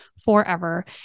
forever